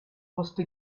wusste